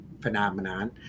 phenomenon